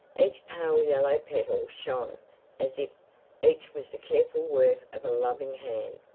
each pale yellow petal shone as if each was the careful work of a loving hand.